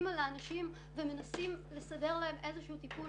על האנשים ומנסים לסדר להם איזשהו טיפול.